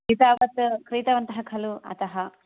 एतावत् क्रीतवन्तः खलु अतः